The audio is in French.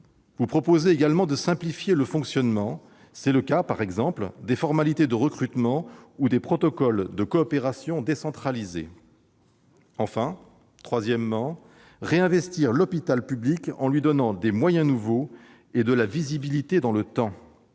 Vous proposez également de simplifier le fonctionnement, par exemple pour les formalités de recrutement ou les protocoles de coopération décentralisés. Troisièmement, il faut « réinvestir l'hôpital public en lui donnant des moyens nouveaux et de la visibilité dans le temps